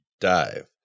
dive